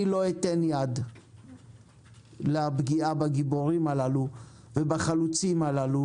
אני לא אתן יד לפגיעה בגיבורים הללו ובחלוצים הללו